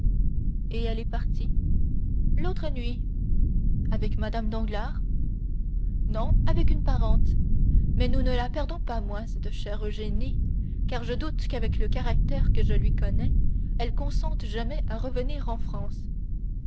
et elle est partie l'autre nuit avec mme danglars non avec une parente mais nous ne la perdons pas moins cette chère eugénie car je doute qu'avec le caractère que je lui connais elle consente jamais à revenir en france